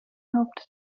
helped